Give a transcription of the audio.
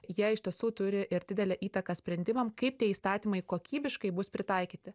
jie iš tiesų turi ir didelę įtaką sprendimam kaip tie įstatymai kokybiškai bus pritaikyti